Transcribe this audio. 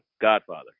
Godfather